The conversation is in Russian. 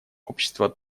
общество